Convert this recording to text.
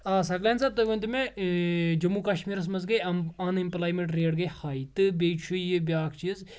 آ سقلین صاب تُہۍ ؤنۍ تو مےٚ جموں کشمیٖرس منٛز گٔے ان امپلایمینٹ ریٹ گٔے ہاے تہٕ بیٚیہِ چھُ یہِ بیاکھ چیٖز